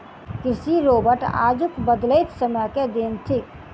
कृषि रोबोट आजुक बदलैत समय के देन थीक